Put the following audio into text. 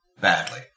badly